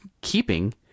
keeping